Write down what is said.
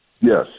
Yes